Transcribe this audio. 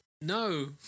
no